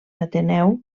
ateneu